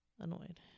annoyed